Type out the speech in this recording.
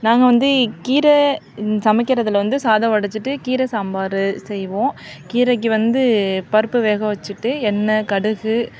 நாங்கள் வந்து கீரை சமைக்கிறதில் வந்து சாதம் வடிச்சுட்டு கீரை சாம்பார் செய்வோம் கீரைக்கு வந்து பருப்பு வேக வச்சுட்டு எண்ணெய் கடுகு